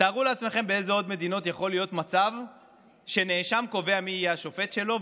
תארו לעצמכם באילו עוד מדינות יכול להיות מצב שנאשם קובע מי השופט שלו.